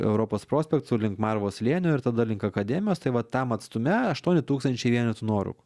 europos prospektu link marvos slėnio ir tada link akademijos tai va tam atstume aštuoni tūkstančiai vienetų nuorūkų